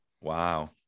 wow